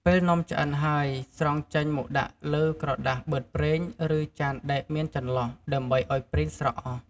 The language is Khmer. ពេលនំឆ្អិនហើយ ស្រង់ចេញមកដាក់លើ ក្រដាសបឺតប្រេង ឬចានដែកមានចន្លោះ ដើម្បីឱ្យប្រេងស្រក់អស់។